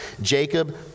Jacob